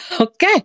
Okay